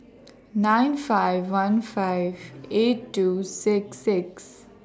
nine five one five eight two six six